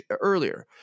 earlier